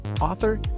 author